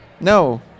No